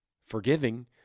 forgiving